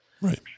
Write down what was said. Right